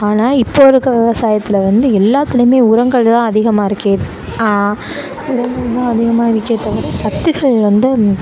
ஆனால் இப்போது இருக்க விவசாயத்தில் வந்து எல்லாத்துலேயுமே உரங்கள் தான் அதிகமாக இருக்கு உரங்கள் தான் அதிகமாக இருக்கே தவிர சத்துக்கள் வந்து